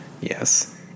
Yes